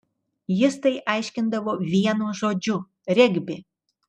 jis tai aiškindavo vienu žodžiu regbi